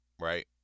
right